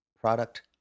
product